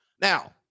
now